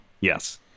Yes